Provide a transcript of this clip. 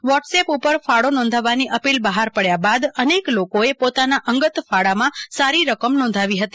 watts app ઉપર ફાળો નોંધાવવાની અપિલ બહાર પડ્યા બાદ અનેક લોકો એ પોતાના અંગત ફાળા માં સારી રકમ નોંધાવી હતી